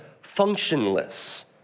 functionless